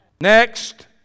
Next